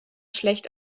schlecht